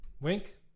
wink